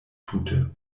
tute